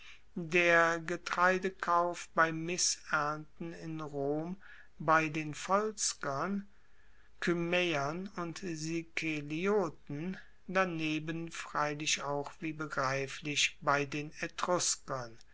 der getreidekauf bei missernten in rom bei den volskern kymaeern und sikelioten daneben freilich auch wie begreiflich bei den